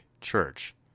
Church